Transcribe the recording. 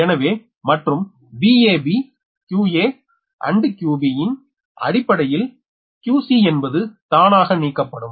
எனவே மற்றும் Vab 𝑞𝑎 𝑎nd 𝑞𝑏 வின் அடிப்படையில் 𝑞𝑐 என்பது தானாக நீக்கப்படும்